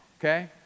Okay